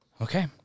Okay